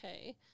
Okay